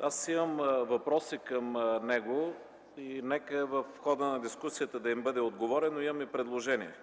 Аз имам въпроси към него и нека в хода на дискусията да им бъде отговорено, имам и предложения.